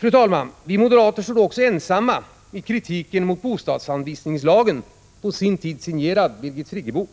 Fru talman! Vi moderater stod ensamma i kritiken mot bostadsanvisningslagen, på sin tid signerad Birgit Friggebo.